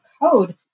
code